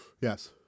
Yes